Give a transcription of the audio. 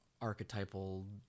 archetypal